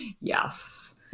Yes